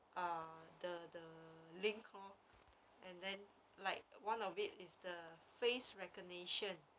ah the the link lor and then like one of it is the face recognition